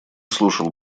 слушал